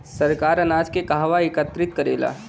सरकार अनाज के कहवा एकत्रित करेला?